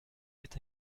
est